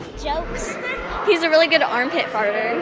jokes he's a really good armpit farter